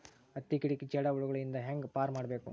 ಹತ್ತಿ ಗಿಡಕ್ಕೆ ಜೇಡ ಹುಳಗಳು ಇಂದ ಹ್ಯಾಂಗ್ ಪಾರ್ ಮಾಡಬೇಕು?